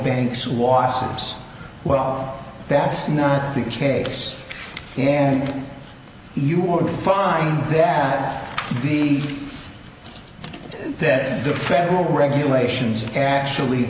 wasis well that's not the case and you would find that the that the federal regulations actually